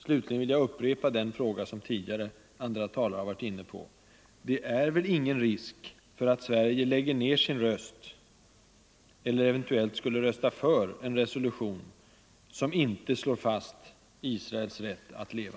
Jag vill också upprepa den fråga som andra talare tidigare varit inne på: Det är väl ingen risk för att Sverige lägger ned sin röst eller röstar för en resolution som inte slår fast Israels rätt att leva?